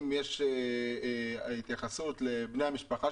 ליחסי חוץ,